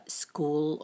school